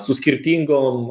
su skirtingom